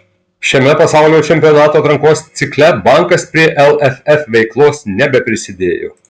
šiame pasaulio čempionato atrankos cikle bankas prie lff veiklos nebeprisidėjo